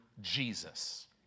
Jesus